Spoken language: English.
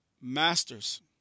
master's